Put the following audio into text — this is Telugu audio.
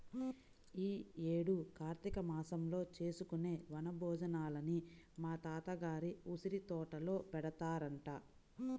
యీ యేడు కార్తీక మాసంలో చేసుకునే వన భోజనాలని మా తాత గారి ఉసిరితోటలో పెడతారంట